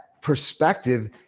perspective